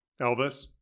Elvis